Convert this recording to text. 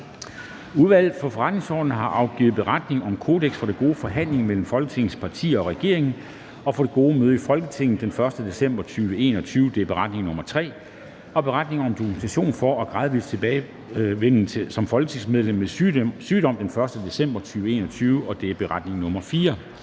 Udvalget for Forretningsordenen har afgivet: Beretning om kodekser for den gode forhandling mellem Folketingets partier og regeringen og for det gode møde i Folketinget den 1. december 2021 (beretning nr. 3) og Beretning om dokumentation for og gradvis tilbagevenden ved folketingsmedlemmers sygdom den 1. december 2021 (beretning nr.